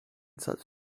such